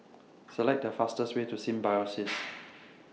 Select The fastest Way to Symbiosis